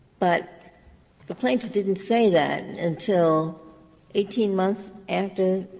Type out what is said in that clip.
but the plaintiff didn't say that until eighteen months after